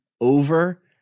over